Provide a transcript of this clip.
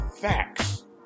facts